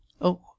Oh